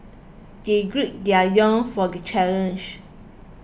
they gird their young for the challenge